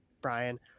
Brian